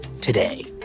Today